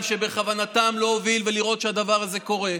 שבכוונתם להוביל ולראות שהדבר הזה קורה.